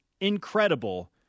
incredible